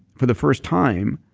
for the first time,